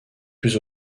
plus